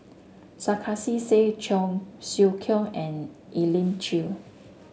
Sarkasi Said Cheong Siew Keong and Elim Chew